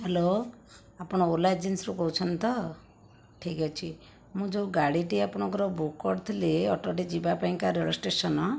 hello ଆପଣ ଓଲା ଏଜେନ୍ସିରୁ କହୁଛନ୍ତି ତ ଠିକ୍ ଅଛି ମୁଁ ଯେଉଁ ଗାଡ଼ିଟି ଆପଣଙ୍କର ବୁକ୍ କରିଥିଲି ଅଟୋଟି ଯିବା ପାଇଁକା ରେଳ ଷ୍ଟେସନ